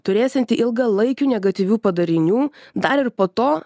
turėsianti ilgalaikių negatyvių padarinių dar ir po to